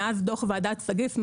מאז דוח ועדת סגיס,